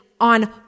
on